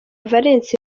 valens